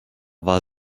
war